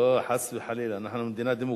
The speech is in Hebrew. לא, חס וחלילה, אנחנו מדינה דמוקרטית.